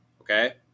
Okay